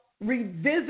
revisit